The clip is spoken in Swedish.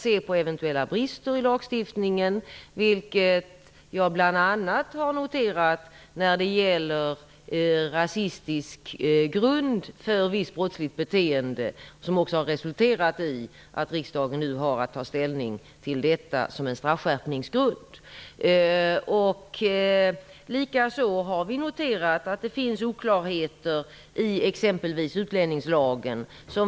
Jag har noterat att det finns brister bl.a. när det gäller rasistisk grund för visst brottsligt beteende. Det har resulterat i att riksdagen nu har att ta ställning till detta som en straffskärpningsgrund. Vi har också noterat att det finns oklarheter i t.ex. utlänningslagen.